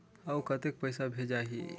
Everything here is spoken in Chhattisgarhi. अउ कतेक पइसा भेजाही?